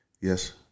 Yes